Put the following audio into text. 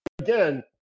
again